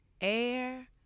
air